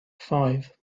five